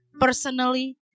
personally